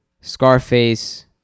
Scarface